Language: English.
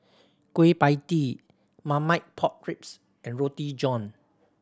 Kueh Pie Tee Marmite Pork Ribs and Roti John